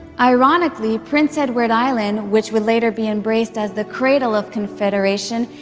ironically, prince edward island, which would later be embraced as the cradle of confederation,